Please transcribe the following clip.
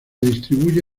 distribuye